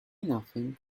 nothing